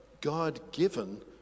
God-given